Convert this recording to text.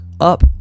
up